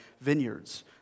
vineyards